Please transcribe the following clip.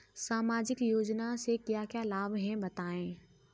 सामाजिक योजना से क्या क्या लाभ हैं बताएँ?